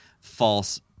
false